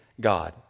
God